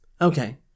Okay